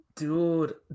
Dude